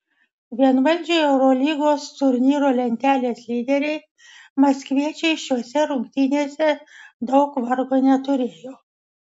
vienvaldžiai eurolygos turnyro lentelės lyderiai maskviečiai šiose rungtynėse daug vargo neturėjo